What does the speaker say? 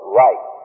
right